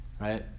right